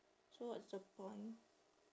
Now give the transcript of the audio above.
so what's the point